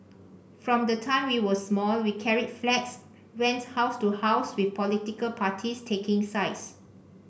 from the time we were small we carried flags went house to house with political parties taking sides